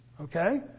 okay